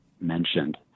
mentioned